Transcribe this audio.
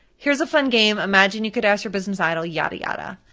here's a fun game, imagine you could ask your business idol, yadda yadda.